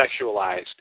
sexualized